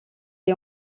est